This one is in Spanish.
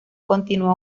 continuó